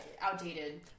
outdated